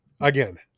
again